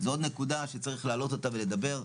זו עוד נקודה שצריך להעלות אותה ולדבר.